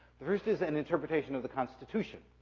the first is an interpretation of the constitution.